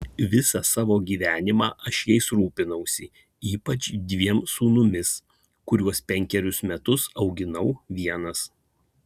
visą savo gyvenimą aš jais rūpinausi ypač dviem sūnumis kuriuos penkerius metus auginau vienas